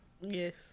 Yes